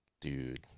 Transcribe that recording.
Dude